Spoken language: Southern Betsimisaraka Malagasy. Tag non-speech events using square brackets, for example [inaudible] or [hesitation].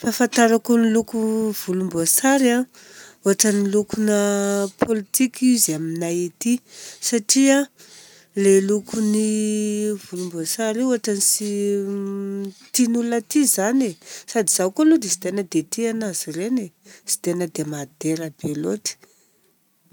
Fahafantarako ny loko volomboasary a, ohatrany lokona politika izy aminay aty. Satria ilay lokon'io volomboasary io ohatra tsy [hesitation] tian'olona aty izany e. Sady izaho koa aloha dia tsy dia tia anazy ireny e, tsy tena dia madera be loatra.